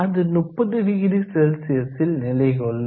அது 300 C ல் நிலை கொள்ளும்